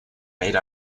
made